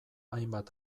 hainbat